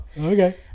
Okay